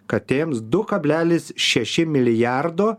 katėms du kablelis šeši milijardo